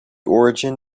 origin